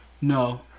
no